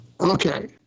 Okay